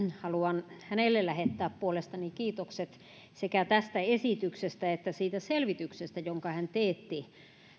haluan hänelle lähettää puolestani kiitokset sekä tästä esityksestä että siitä selvityksestä jonka hän teetti